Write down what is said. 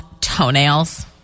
toenails